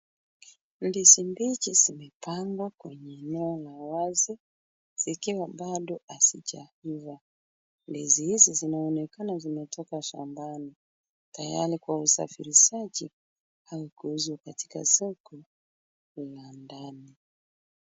Ndizi mbichi zimepangwa kwenye eneo la wazi zikiwa bado hazijaiva. Ndizi hizi zinaonekana zimetoka shambani tayari kwa usafirishaji au kuuzwa katika soko la ndani.